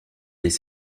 des